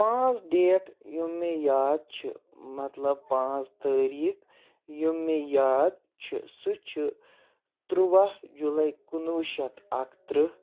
پانٛژھ ڈیٹ یِم مےٚ یاد چھِ مطلب پانٛژھ تٲریٖخ یِم مےٚ یاد چھِ سُہ چھُ تُرٛواہ جُلاے کُنوُہ شیٚتھ اَکتٕرٛہ